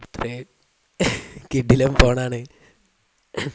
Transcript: അത്രയും കിടിലം ഫോണാണ്